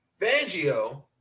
Vangio